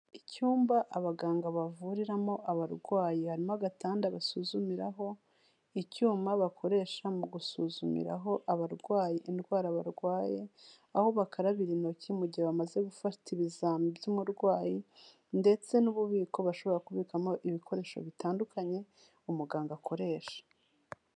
Icyumba abaganga bavuriramo abarwayi, harimo agatanda basuzumiraho, icyuma bakoresha mu gusuzumiraho abarwaye indwara barwaye, aho bakarabira intoki mu gihe bamaze gufata ibizami by'umurwayi ndetse n'ububiko bashobora kubikamo ibikoresho bitandukanye umuganga akoresha.